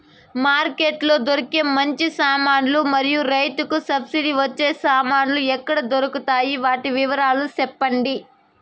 Market లో దొరికే మంచి సామాన్లు మరియు రైతుకు సబ్సిడి వచ్చే సామాన్లు ఎక్కడ దొరుకుతాయి? వాటి వివరాలు సెప్పండి?